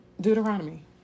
Deuteronomy